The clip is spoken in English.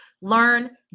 learn